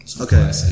okay